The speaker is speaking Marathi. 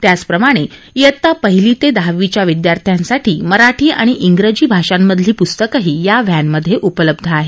त्याचप्रमाणे इयत्ता पहिली ते दहावीच्या विद्यार्थ्यांसाठी मराठी आणि इंग्रजी भाषांमधली पुस्तकही या व्हत्त मध्ये उपलब्ध आहेत